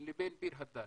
לבין ביר הדאג',